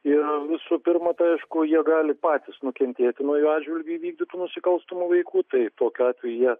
ir visų pirma tai aišku jie gali patys nukentėti nuo jų atžvilgiu įvykdytų nusikalstamų veikų tai tokiu atveju jie